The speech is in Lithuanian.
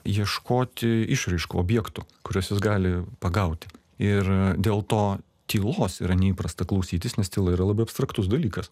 ieškoti išraiškų objektų kuriuos jis gali pagauti ir dėl to tylos yra neįprasta klausytis nes tyla yra labai abstraktus dalykas